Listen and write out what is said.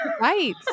Right